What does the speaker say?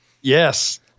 Yes